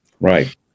right